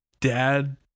dad